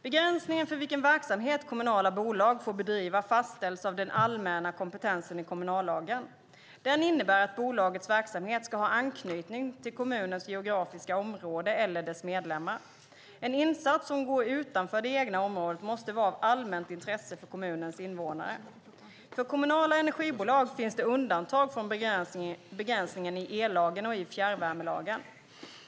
Begränsningen för vilken verksamhet kommunala bolag får bedriva fastställs av den allmänna kompetensen i kommunallagen. Den innebär att bolagets verksamhet ska ha anknytning till kommunens geografiska område eller dess medlemmar. En insats som går utanför det egna området måste vara av allmänt intresse för kommunens invånare. För kommunala energibolag finns det undantag från begränsningen i ellagen och fjärrvärmelagen.